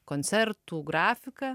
koncertų grafiką